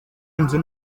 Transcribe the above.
inzu